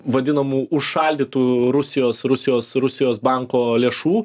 vadinamų užšaldytų rusijos rusijos rusijos banko lėšų